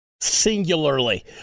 singularly